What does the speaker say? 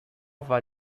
war